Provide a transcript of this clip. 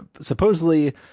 supposedly